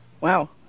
Wow